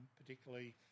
particularly